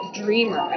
dreamer